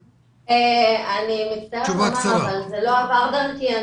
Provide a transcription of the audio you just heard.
אני מצטערת לומר אבל הנושא הזה לא עבר דרכי.